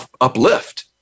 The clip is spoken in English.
uplift